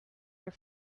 your